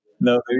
No